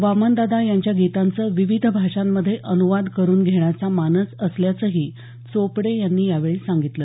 वामनदादा यांच्या गीतांचं विविध भाषांमध्ये अनुवाद करून घेण्याचा मानस असल्याचंही चोपडे यांनी यावेळी सांगितलं